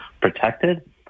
protected